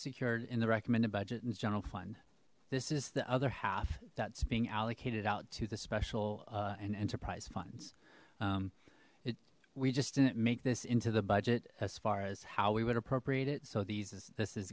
secured in the recommended budget in this general fund this is the other half that's being allocated out to the special and enterprise funds we just didn't make this into the budget as far as how we would appropriate it so these this is